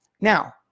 Now